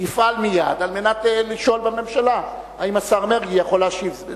יפעל מייד על מנת לשאול בממשלה אם השר מרגי יכול להשיב.